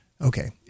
Okay